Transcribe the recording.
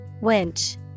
winch